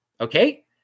Okay